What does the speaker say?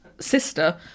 sister